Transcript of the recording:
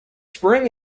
spring